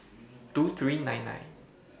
two three nine nine